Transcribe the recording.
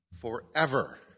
Forever